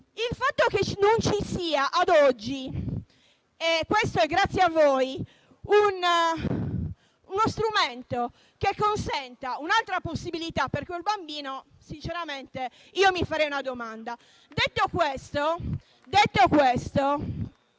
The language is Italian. Sul fatto che non ci sia ad oggi - questo grazie a voi - uno strumento che consenta un'altra possibilità per quel bambino, sinceramente mi farei una domanda. Il sistema